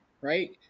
right